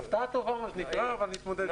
הפתעה טובה, מה שנקרא, אבל נתמודד איתה.